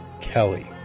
Kelly